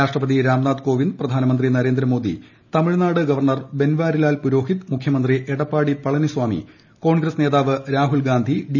രാഷ്ട്രപതി രാംനാഥ് കോവിന്ദ് പ്രധാനമന്ത്രി നരേന്ദ്രമോദി തമിഴ്നാട് ഗവർണർ ബൻവാരി ലാൽ പുരോഹിത് മുഖ്യമന്ത്രി എടപ്പാടി പളനിസ്വാമി കോൺഗ്രസ് നേതാവ് രാഹുൽഗാന്ധി ഡി